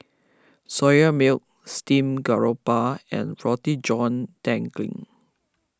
Soya Milk Steamed Garoupa and Roti John Daging